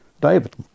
David